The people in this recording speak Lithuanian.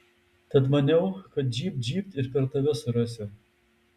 tad maniau kad žybt žybt ir per tave surasiu